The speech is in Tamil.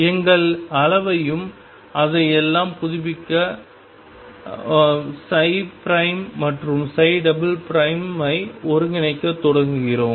எங்கள் அளவையும் அதையெல்லாம் புதுப்பிக்க மற்றும் ஐ ஒருங்கிணைக்கத் தொடங்குகிறோம்